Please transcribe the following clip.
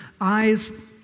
eyes